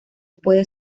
puede